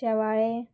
शेवाळें